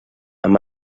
amb